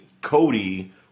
Cody